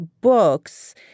books